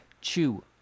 Chew